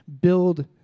build